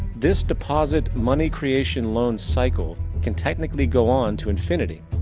this deposit money creation loan cycle can technically go on to infinity.